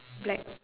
black